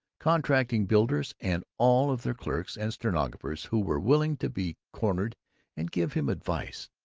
contracting builders, and all of their clerks and stenographers who were willing to be cornered and give him advice.